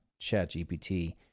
ChatGPT